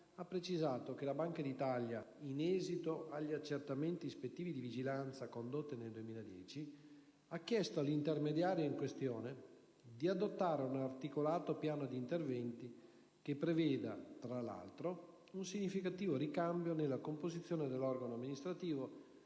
ha precisato che la Banca d'Italia, in esito agli accertamenti ispettivi di vigilanza condotti nel 2010, ha chiesto all'intermediario in questione di adottare un articolato piano di interventi che preveda, tra l'altro, un significativo ricambio nella composizione dell'organo amministrativo,